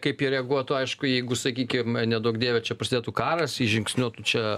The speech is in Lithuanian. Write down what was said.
kaip jie reaguotų aišku jeigu sakykim neduok dieve čia prasidėtų karas įžingsniuotų čia